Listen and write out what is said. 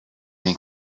ein